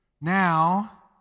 now